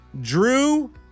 Drew